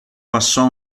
passò